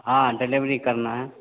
हाँ डिलीवरी करना है